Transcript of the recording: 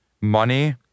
money